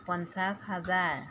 পঞ্চাছ হাজাৰ